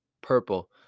purple